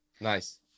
Nice